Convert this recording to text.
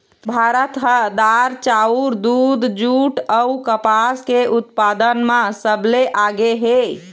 भारत ह दार, चाउर, दूद, जूट अऊ कपास के उत्पादन म सबले आगे हे